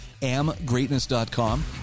amgreatness.com